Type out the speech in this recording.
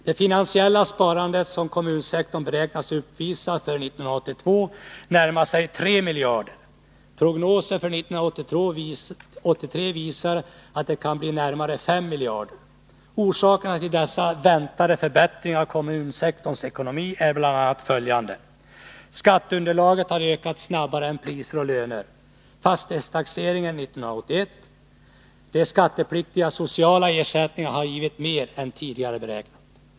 Det finansiella sparande som kommunsektorn beräknas uppvisa för 1982 närmar sig 3 miljarder. Prognoser för 1983 visar att det kan bli närmare 5 miljarder. Orsakerna till dessa väntade förbättringar av kommunsektorns ekonomi är bl.a. följande: Skatteunderlaget har ökat snabbare än priser och löner. De skattepliktiga sociala ersättningarna har givit mer än som tidigare beräknats.